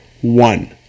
One